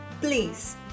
Please